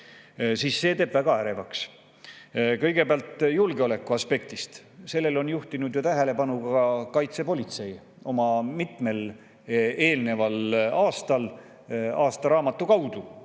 siis see teeb väga ärevaks. Kõigepealt julgeoleku aspekt – sellele on juhtinud tähelepanu ka kaitsepolitsei mitmel eelneval aastal oma aastaraamatus, kus